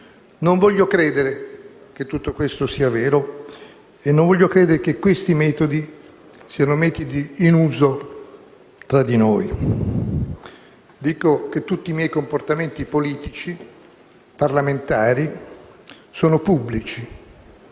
Non voglio credere che tutto questo sia vero e non voglio credere che questi metodi siano metodi in uso tra di noi. Tutti i miei comportamenti politici e parlamentari sono pubblici